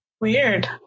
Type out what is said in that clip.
Weird